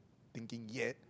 thinking yet